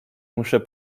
muszę